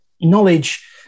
knowledge